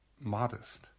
modest